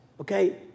okay